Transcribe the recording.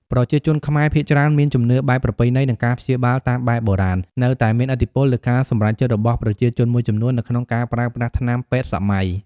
ប្រជាជនខ្មែរភាគច្រើនមានជំនឿបែបប្រពៃណី និងការព្យាបាលតាមបែបបុរាណនៅតែមានឥទ្ធិពលលើការសម្រេចចិត្តរបស់ប្រជាជនមួយចំនួននៅក្នុងការប្រើប្រាស់ថ្នាំពេទ្យសម័យ។